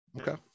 Okay